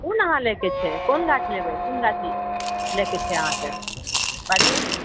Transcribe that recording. कोन अहाँकेँ लएके छै कोन गाछ लेबए कोन नस्ल लएके छै अहँकिँ बाजू